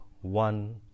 One